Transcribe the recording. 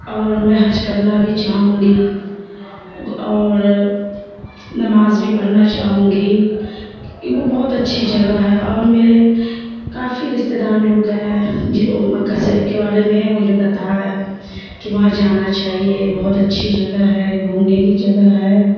اور میں حج کرنا بھی چاہوں گی اور نماز بھی پڑھنا چاہوں گی وہ بہت اچھی جگہ ہے اور میرے کافی رشتے دار لوگ گئے ہیں جی او مکہ شریف کے بارے میں مجھے بتایا ہے کہ وہاں جانا چاہیے بہت اچھی جگہ ہے گھومنے کی جگہ ہے